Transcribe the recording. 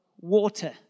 water